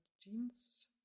jeans